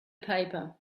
paper